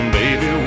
baby